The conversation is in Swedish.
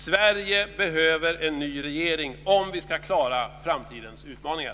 Sverige behöver en ny regering om vi ska klara framtidens utmaningar.